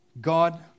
God